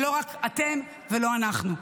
ולא רק אתם ולא רק אנחנו.